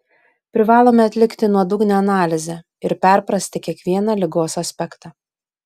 privalome atlikti nuodugnią analizę ir perprasti kiekvieną ligos aspektą